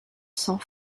sent